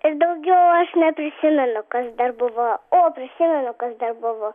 ir daugiau aš neprisimenu kas dar buvo o prisimenu kas dar buvo